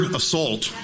assault